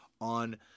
on